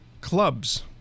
Clubs